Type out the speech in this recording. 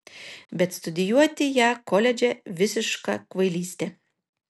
bet studijuoti ją koledže visiška kvailystė